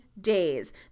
days